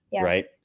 right